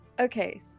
Okay